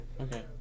Okay